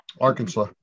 Arkansas